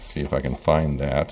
see if i can find that